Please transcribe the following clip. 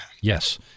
Yes